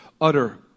utter